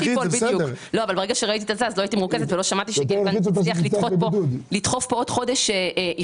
לא הייתי מרוכזת ולכן לא שמעתי למה דחו בחודש.